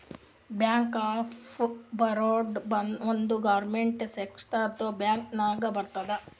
bank of Baroda ಒಂದ್ government ಸೆಕ್ಟರ್ದು bank ನಾಗ್ ಬರ್ತುದ್